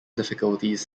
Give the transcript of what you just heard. difficulties